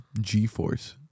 G-Force